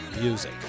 music